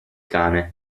cane